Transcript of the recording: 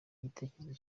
igitekerezo